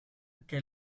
que